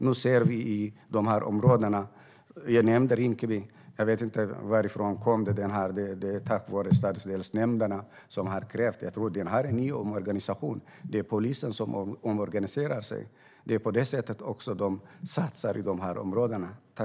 Vi ser vad som händer områdena nu, i Rinkeby som jag nämnde - jag vet inte om det har kommit till tack vare stadsdelsnämnden eller inte. Det är en ny organisation. Polisen omorganiserar. Det är på det sättet man satsar i de områdena.